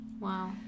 Wow